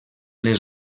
les